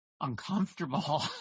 uncomfortable